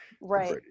right